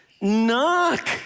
knock